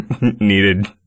needed